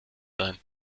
sein